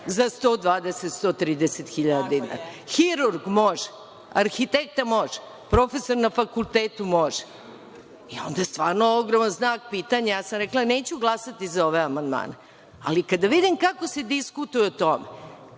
za 120 – 130 hiljada dinara? Hirurg može, arhitekta može, profesor na fakultetu može. Onda je stvarno ogroman znak pitanja. Ja sam rekla da neću glasati za ove amandmane, ali kada vidim kako se diskutuje o tome,